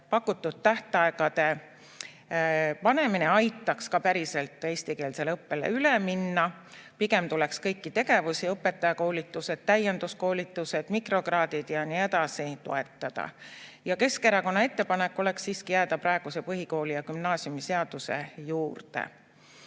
pakutud tähtaegade panemine aitaks ka päriselt eestikeelsele õppele üle minna. Pigem tuleks kõiki tegevusi – õpetajakoolitused, täienduskoolitused, mikrokraadid ja nii edasi – toetada. Keskerakonna ettepanek oleks siiski jääda praeguse põhikooli‑ ja gümnaasiumiseaduse juurde.